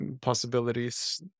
possibilities